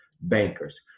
bankers